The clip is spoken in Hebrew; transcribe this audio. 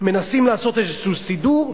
מנסים לעשות איזה סידור,